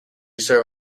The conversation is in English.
serve